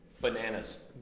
bananas